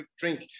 drink